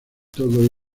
todo